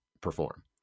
perform